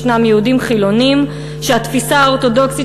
ישנם יהודים חילונים שהתפיסה האורתודוקסית